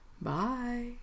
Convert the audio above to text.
Bye